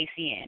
ACN